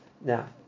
Now